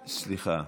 אה, סליחה,